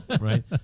Right